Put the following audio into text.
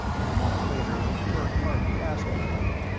and a moment later heard harley asking for me.